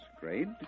Grade